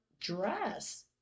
dress